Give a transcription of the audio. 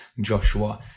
Joshua